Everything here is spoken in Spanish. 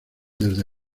desde